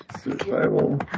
Survival